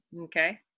Okay